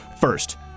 first